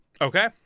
Okay